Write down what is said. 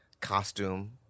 costume